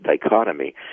dichotomy